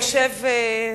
כבוד היושב-ראש,